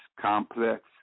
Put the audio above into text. complex